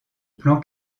plan